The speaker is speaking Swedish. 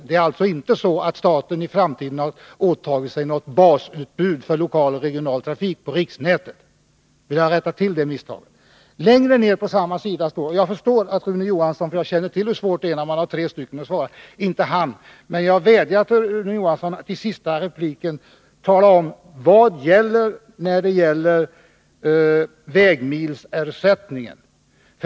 Det är alltså inte så att staten för framtiden har åtagit sig något basutbud för lokal och regional trafik på riksnätet. Jag vill rätta till det misstaget. Jag förstår att Rune Johansson inte hann med det — jag känner till hur svårt det är när man har tre att svara — men jag vädjar till Rune Johansson att i den sista repliken tala om vad som gäller i fråga om vägmilsersättningen.